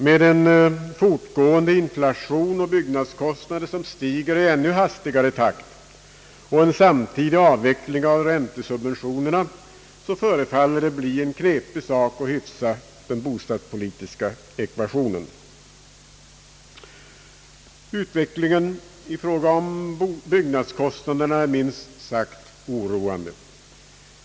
Med en fortgående inflation och byggnadskostnader som stiger i ännu hastigare takt och en samtidig avveckling av räntesubventionerna förefaller det att bli en knepig sak att hyfsa den bostadspolitiska ekvationen. Utvecklingen i fråga om byggnadskostnaderna är minst sagt oroande.